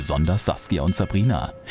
and saskia and sabrina.